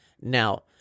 Now